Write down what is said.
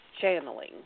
channeling